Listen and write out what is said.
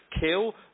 kill